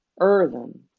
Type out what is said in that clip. Earthen